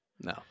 no